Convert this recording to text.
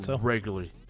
regularly